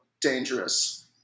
dangerous